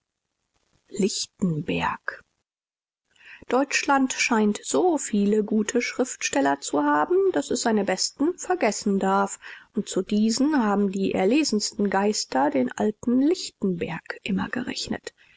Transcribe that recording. lichtenberg deutschland scheint so viele gute schriftsteller zu haben daß es seine besten vergessen darf und zu diesen haben die erlesensten geister den alten lichtenberg immer gerechnet